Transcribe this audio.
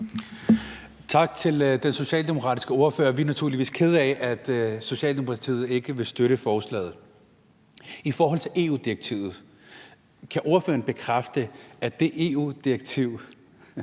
Tak til den socialdemokratiske ordfører. Vi er naturligvis kede af, at Socialdemokratiet ikke vil støtte forslaget. Kan ordføreren i forhold til EU-direktivet bekræfte, at det pålægger